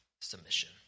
Submission